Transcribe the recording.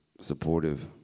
supportive